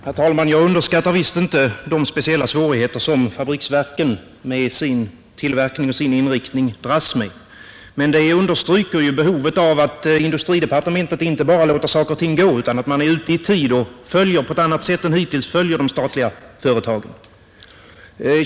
Herr talman! Jag underskattar visst inte de speciella svårigheter som fabriksverken med sin tillverkning och sin inriktning dras med. Men de understryker behovet av att industridepartementet inte bara låter saker och ting passera utan att man är ute i tid och på ett annat sätt än hittills följer de statliga företagen.